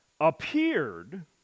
appeared